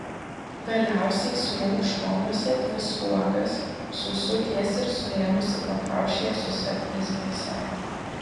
galiausiai suimk šonuose dvi sruogas susuk jas ir suėmusi pakaušyje susek blizgia sege